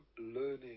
learning